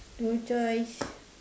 no choice